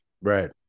right